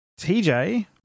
TJ